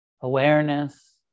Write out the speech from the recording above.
awareness